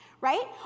right